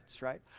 right